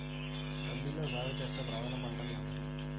రబీలో సాగు చేసే ప్రధాన పంటలు ఏమిటి?